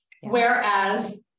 whereas